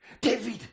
David